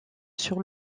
sur